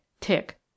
tick